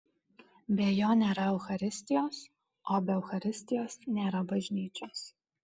be jo nėra eucharistijos o be eucharistijos nėra bažnyčios